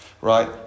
Right